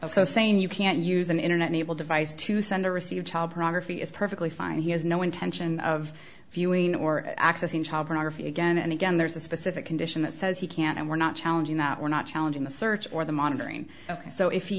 saying you can't use an internet enabled device to send or receive child pornography is perfectly fine he has no intention of viewing or accessing child pornography again and again there's a specific condition that says he can't and we're not challenging that we're not challenging the search or the monitoring ok so if